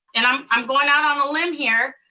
and i'm i'm going out on a limb here.